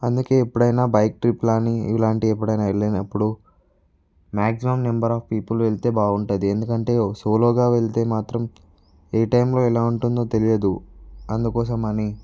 అందుకే ఎప్పుడైనా బైక్ ట్రిప్లని ఇలాంటి ఎప్పుడైనా వెళ్ళినప్పుడు మాక్సిమం నెంబర్ ఆఫ్ పీపుల్ వెళ్తే బాగుంటుంది ఎందుకంటే ఒక సోలోగా వెళ్తే మాత్రం ఏటైంలో ఎలా ఉంటుందో తెలియదు అందుకోసం అని